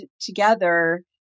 together